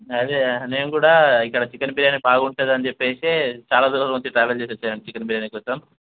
అదే నేను కూడా ఇక్కడ చికెన్ బిర్యానీ బాగుంటుంది అని చెప్పి చాలా దూరం నుంచి ట్రావెల్ చేసి వచ్చాను చికెన్ బిర్యానీ కోసం